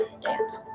dance